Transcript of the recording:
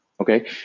Okay